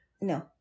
No